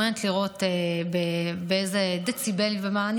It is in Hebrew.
מעוניינת לראות באיזה דציבלים ומה,